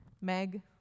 Meg